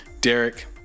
derek